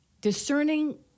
discerning